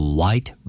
White